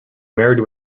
married